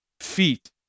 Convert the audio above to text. feet